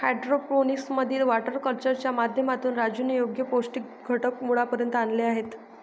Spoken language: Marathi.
हायड्रोपोनिक्स मधील वॉटर कल्चरच्या माध्यमातून राजूने योग्य पौष्टिक घटक मुळापर्यंत आणले आहेत